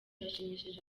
yashimishije